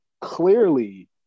clearly